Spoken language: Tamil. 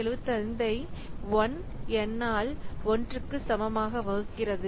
75 ஐ 1 N ஆல் 1 க்கு சமமாக வகுக்கிறது